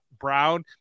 Brown